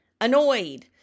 annoyed